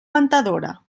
ventadora